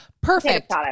perfect